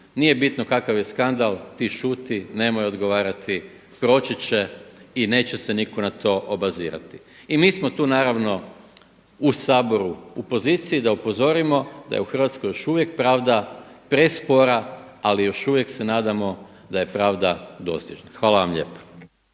nije bitno kakav je skandal, ti šuti, nemoj odgovarati proći će i neće se niko na to obazirati. I mi smo tu naravno u poziciji da upozorimo da je u Hrvatskoj još uvijek pravda prespora, ali još uvijek se nadamo da je pravda dostižna. Hvala vam lijepo.